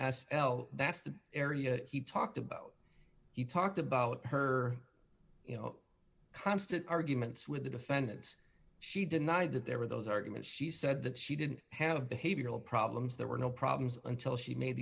well that's the area that he talked about he talked about her you know constant arguments with the defendants she denied that there were those arguments she said that she didn't have behavioral problems there were no problems until she made